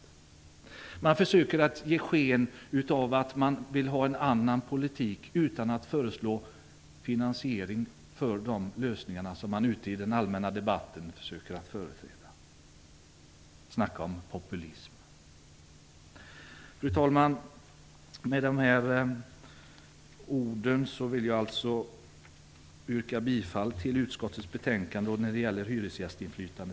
Vänsterpartiet försöker ge sken av att man vill ha en annan politik utan att föreslå någon finansiering av de lösningar som man försöker föra fram i den allmänna debatten. Snacka om populism! Fru talman! Med de här orden vill jag yrka bifall till utskottets hemställan.